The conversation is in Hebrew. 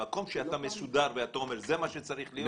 במקום שאתה מסודר ואתה אומר שזה מה שצריך להיות,